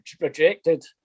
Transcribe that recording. rejected